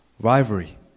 rivalry